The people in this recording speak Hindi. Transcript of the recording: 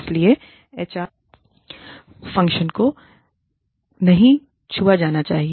इसलिए एचआर फ़ंक्शन को नहीं छुआ जाना चाहिए